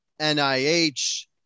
NIH